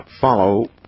follow